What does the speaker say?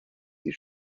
sie